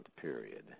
period